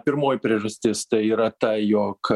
pirmoji priežastis tai yra ta jog